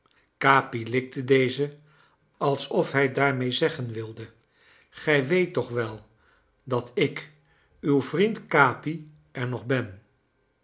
capi likte deze alsof hij daarmede zeggen wilde gij weet toch wel dat ik uw vriend capi er nog ben